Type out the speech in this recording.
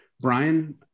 Brian